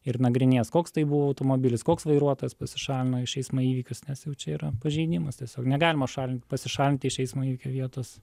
ir nagrinės koks tai buvo automobilis koks vairuotojas pasišalino iš eismo įvykius nes jau čia yra pažeidimas tiesiog negalima šalint pasišalinti iš eismo įvykio vietos